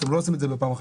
שאתם עושים את זה בהדרגה,